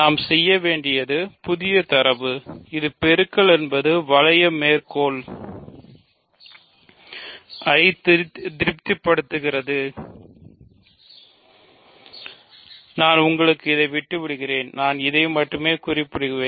நாம் செய்ய வேண்டியது புதிய தரவு இது பெருக்கல் என்பது வளைய மெய்க்கோள் திருப்திப்படுத்துகிறது நான் உங்களுக்காக இதை விட்டு விடுகிறேன் நான் இதை மட்டுமே குறிப்பிடுவேன்